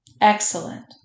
Excellent